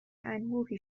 انبوهی